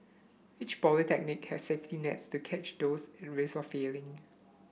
each polytechnic has safety nets to catch those at risk of failing